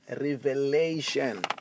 revelation